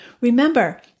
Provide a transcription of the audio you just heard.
Remember